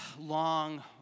long